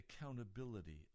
accountability